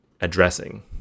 addressing